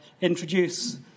introduce